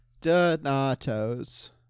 Donato's